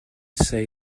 say